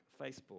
Facebook